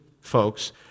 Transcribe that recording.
folks